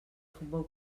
futbol